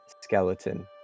skeleton